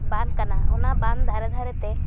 ᱵᱟᱱ ᱠᱟᱱᱟ ᱚᱱᱟ ᱵᱟᱱ ᱫᱷᱟᱨᱮ ᱫᱷᱟᱨᱮ ᱛᱮ